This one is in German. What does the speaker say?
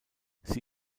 sie